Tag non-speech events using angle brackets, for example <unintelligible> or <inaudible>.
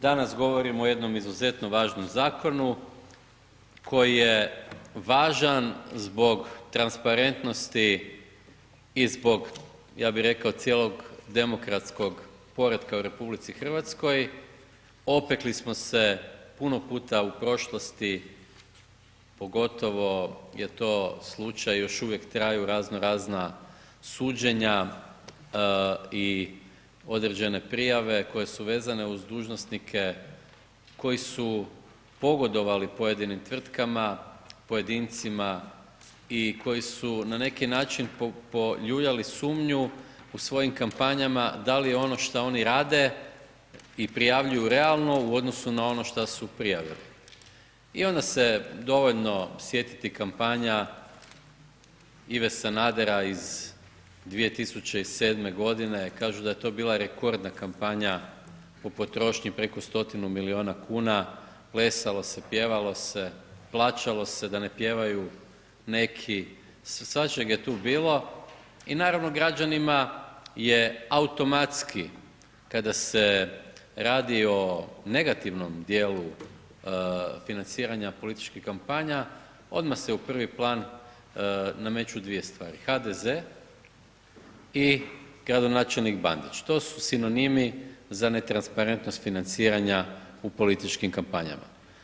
Danas govorimo o jednom izuzetno važnom Zakonu, koji je važan zbog transparentnosti i zbog, ja bih rekao cijelog demokratskog poretka u Republici Hrvatskoj, opekli smo se puno puta u prošlosti, pogotovo je to slučaj, i još uvijek traju razno razna suđenja, i određene prijave koje su vezane uz dužnosnike koji su pogodovali pojedinim tvrtkama, pojedincima i koji su na neki način poljuljali sumnju u svojim kampanjama da li je ono šta oni rade i prijavljuju realno u odnosu na ono šta su ... <unintelligible> I onda se dovoljno sjetiti kampanja Ive Sanadera iz 2007. godine, kažu da je to bila rekordna kampanja po potrošnji, preko stotinu milijuna kuna, plesalo se, pjevalo se, plaćalo se da ne pjevaju neki, svačeg je tu bilo, i naravno građanima je automatski kada se radi o negativnom dijelu financiranja političkim kampanja, odmah se u prvi plan nameću dvije stvari: HDZ i gradonačelnik Bandić, to su sinonimi za netransparentnost financiranja u političkim kampanjama.